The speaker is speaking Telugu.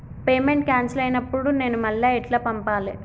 పేమెంట్ క్యాన్సిల్ అయినపుడు నేను మళ్ళా ఎట్ల పంపాలే?